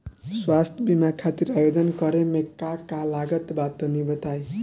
स्वास्थ्य बीमा खातिर आवेदन करे मे का का लागत बा तनि बताई?